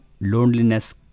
loneliness